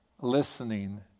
listening